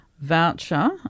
voucher